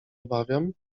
obawiam